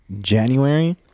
January